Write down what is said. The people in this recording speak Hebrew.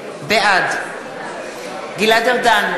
בעד גלעד ארדן,